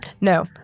No